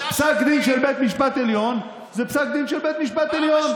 פסק דין של בית משפט עליון זה פסק דין של בית משפט עליון.